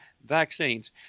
vaccines